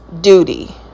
duty